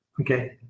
Okay